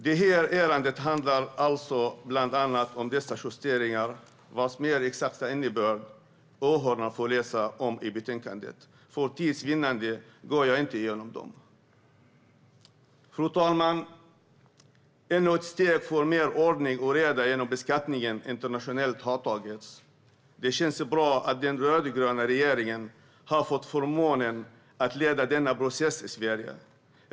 Det här ärendet handlar alltså bland annat om dessa justeringar, vars mer exakta innebörd åhörarna får läsa om i betänkandet. För tids vinnande går jag inte igenom dem. Fru talman! Ännu ett steg för mer ordning och reda inom beskattningen internationellt har tagits. Det känns bra att den rödgröna regeringen har fått förmånen att leda denna process i Sverige.